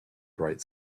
bright